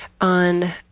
on